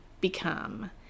become